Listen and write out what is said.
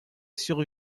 sur